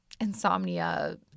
insomnia